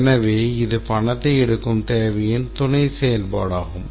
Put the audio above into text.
எனவே இது பணத்தைத் எடுக்கும் தேவையின் துணை செயல்பாடாகும்